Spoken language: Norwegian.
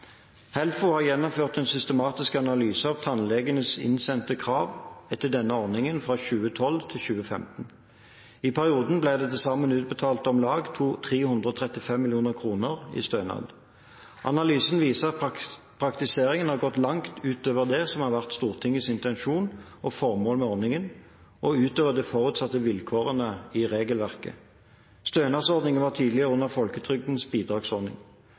Helfo har gjennomført en systematisk analyse av tannlegenes innsendte krav etter denne ordningen for årene 2012 til 2015. I perioden ble det til sammen utbetalt om lag 335 mill. kr i stønad. Analysen viser at praktiseringen har gått langt utover det som har vært Stortingets intensjon og formål med ordningen, og utover de forutsatte vilkårene i regelverket. Stønadsordningen var tidligere under folketrygdens bidragsordning.